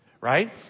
Right